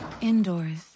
indoors